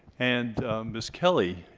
and miss kelly.